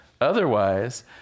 Otherwise